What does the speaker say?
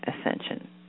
ascension